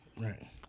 Right